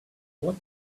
what